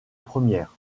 premières